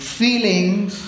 feelings